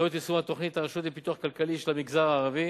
אחריות יישום התוכנית: הרשות לפיתוח כלכלי של המגזר הערבי,